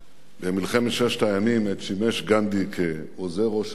במלחמת ששת הימים, עת שימש גנדי עוזר ראש אג"ם,